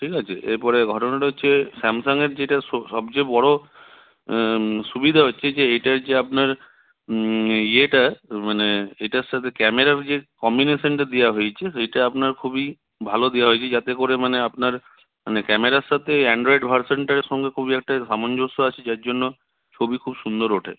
ঠিক আছে এরপরে ঘটনাটা হচ্ছে স্যামসাংয়ের যেটা সবযেয়ে বড় সুবিধা হচ্ছে যে এটার যে আপনার ইয়েটা মানে এটার সাথে ক্যামেরার যে কম্বিনেশানটা দেওয়া হয়েছে সেটা আপনার খুবই ভালো দেওয়া হয়েছে যাতে করে মানে আপনার মানে ক্যামেরার সাথে অ্যান্ড্রয়েড ভার্সানটার সঙ্গে খুবই একটা সামঞ্জস্য আছে যার জন্য ছবি খুব সুন্দর ওঠে